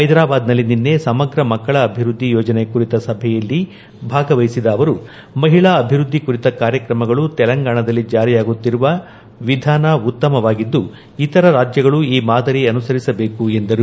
ಹೈದರಾಬಾದ್ನಲ್ಲಿ ನಿನ್ನೆ ಸಮಗ್ರ ಮಕ್ಕಳ ಅಭಿವೃದ್ದಿ ಯೋಜನೆ ಕುರಿತ ಸಭೆಯಲ್ಲಿ ಭಾಗವಹಿಸಿದ ಅವರು ಮಹಿಳಾ ಅಭಿವೃದ್ದಿ ಕುರಿತ ಕಾರ್ಯಕ್ರಮಗಳು ತೆಲಂಗಾಣದಲ್ಲಿ ಜಾರಿಯಾಗುತ್ತಿರುವ ವಿಧಾನ ಉತ್ತಮವಾಗಿದ್ದು ಇತರ ರಾಜ್ಯಗಳೂ ಈ ಮಾದರಿ ಅನುಸರಿಸಬೇಕು ಎಂದರು